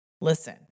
Listen